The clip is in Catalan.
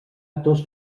actors